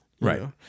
right